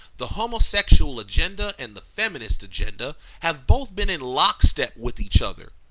the homosexual agenda and the feminist agenda have both been in lockstep with each other.